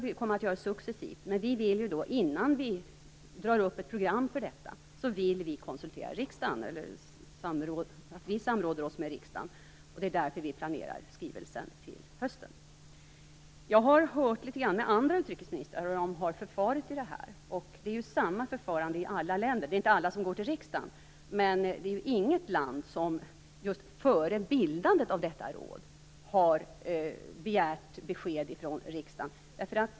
Det kommer att göras successivt, men innan ett program dras upp för detta vill regeringen samråda med riksdagen. Därför planerar regeringen nu denna skrivelse till hösten. Jag har hört efter litet grand med andra utrikesministrar om hur de har förfarit. Det är samma förfarande i alla länder - alla går inte till riksdagen, men inget land har begärt besked från riksdagen innan bildandet av rådet.